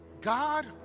God